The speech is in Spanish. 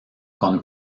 con